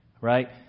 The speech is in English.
right